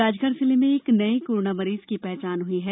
राजगढ जिले में एक नये कोरोना मरीज की पहचान हुई है